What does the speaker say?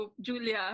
Julia